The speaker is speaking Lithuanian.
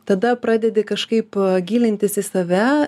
tada pradedi kažkaip gilintis į save